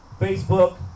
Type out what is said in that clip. Facebook